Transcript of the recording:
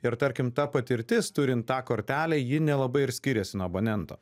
ir tarkim ta patirtis turint tą kortelę ji nelabai ir skiriasi nuo abonento